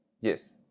yes